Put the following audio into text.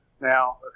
Now